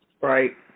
Right